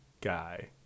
guy